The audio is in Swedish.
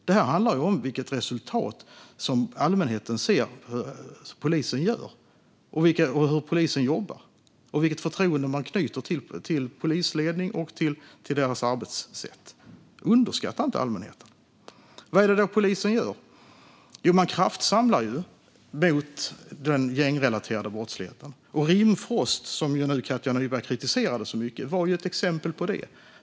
Det här handlar om vilket resultat som allmänheten ser att polisen gör, hur polisen jobbar och vilket förtroende man knyter till polisledning och polisens arbetssätt. Underskatta inte allmänheten! Vad är det då polisen gör? Jo, man kraftsamlar mot den gängrelaterade brottsligheten. Rimfrost, som Katja Nyberg kritiserade så mycket, var ett exempel på det.